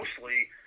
mostly